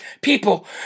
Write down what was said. people